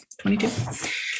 22